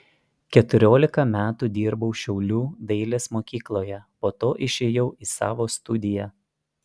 keturiolika metų dirbau šiaulių dailės mokykloje po to išėjau į savo studiją